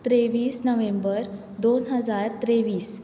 तेव्वीस नोव्हेंबर दोन हजार तेव्वीस